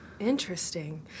Interesting